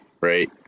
right